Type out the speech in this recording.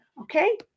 okay